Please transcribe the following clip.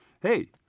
Hey